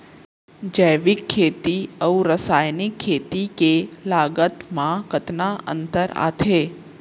जैविक खेती अऊ रसायनिक खेती के लागत मा कतना अंतर आथे?